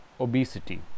obesity